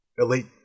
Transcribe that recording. elite